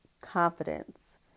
confidence